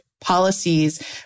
policies